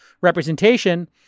representation